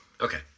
Okay